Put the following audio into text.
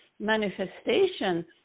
manifestation